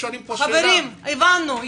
הבנו.